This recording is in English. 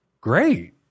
great